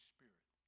Spirit